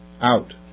out